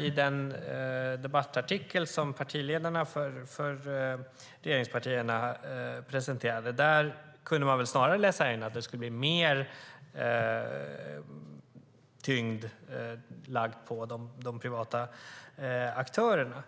I den debattartikel partiledarna för regeringspartierna presenterade kunde man snarare läsa in att det skulle bli mer tyngd lagd på de privata aktörerna.